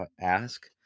ask